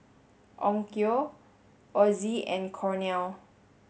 Onkyo Ozi and Cornell